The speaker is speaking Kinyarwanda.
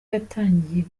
yatangiye